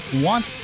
want